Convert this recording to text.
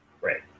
Right